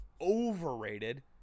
overrated